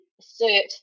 assert